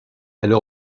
elles